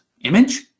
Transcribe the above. image